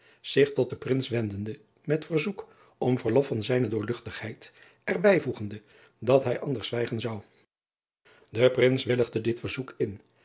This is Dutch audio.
zich tot den rins wendende met verzoek om verlof van zijne oorluchtigheid er bijvoegende dat hij anders zwijgen zou e rins willigde dit verzoek in